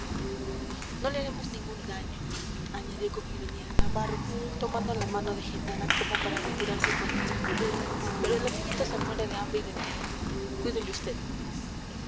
no le haremos ningún daño añadió con ironía navarro tomando la mano de genara como para retirarse con ella pero el amiguito se muere de hambre y de miedo cuídele